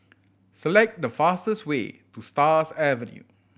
select the fastest way to Stars Avenue